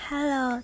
Hello